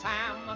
Sam